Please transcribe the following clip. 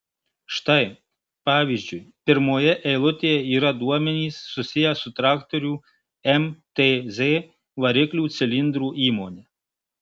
štai pavyzdžiui pirmoje eilutėje yra duomenys susiję su traktorių mtz variklių cilindrų įmone